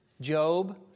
Job